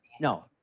No